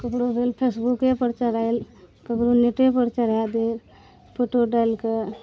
ककरो भेल फेसबुके पर चढ़ायल ककरो नेटे पर चढ़ा देल फोटो डालि कऽ